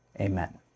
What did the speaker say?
Amen